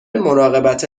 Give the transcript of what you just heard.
مراقبت